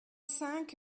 cinq